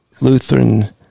lutheran